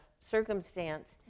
circumstance